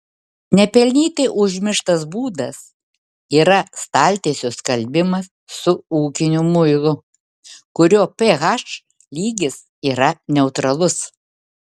nepelnytai užmirštas būdas yra staltiesių skalbimas su ūkiniu muilu kurio ph lygis yra neutralus